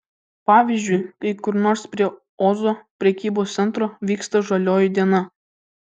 pavyzdžiui kai kur nors prie ozo prekybos centro vyksta žalioji diena